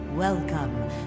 Welcome